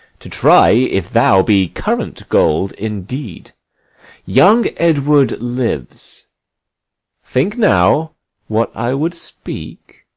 to try if thou be current gold indeed young edward lives think now what i would speak.